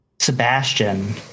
Sebastian